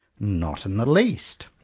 not in the least.